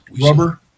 Rubber